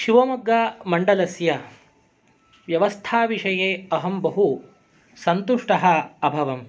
शिवमोग्गामण्डलस्य व्यवस्थाविषये अहं बहुसन्तुष्टः अभवम्